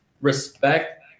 respect